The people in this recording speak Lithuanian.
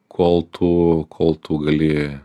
kol tu kol tu gali